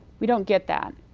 we don't get that.